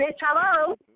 Hello